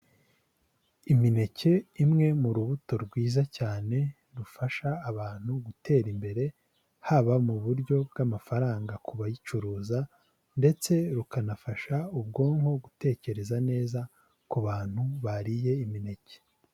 Imineke, imwe mu rubuto rwiza cyane, rufasha abantu gutera imbere, haba mu buryo bw'amafaranga ku bayicuruza ndetse rukanafasha ubwonko gutekereza neza, ku bantu bariye imineke.